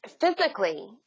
physically